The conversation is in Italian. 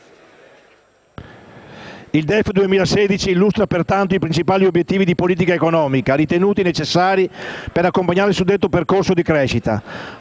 Il DEF 2016 illustra pertanto i principali obiettivi di politica economica ritenuti necessari per accompagnare il suddetto processo di crescita.